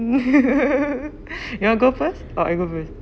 you want to go first or I go first